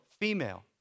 female